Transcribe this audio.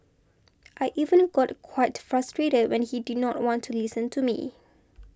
I even got quite frustrated when he did not want to listen to me